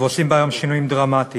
ועושים בה היום שינויים דרמטיים.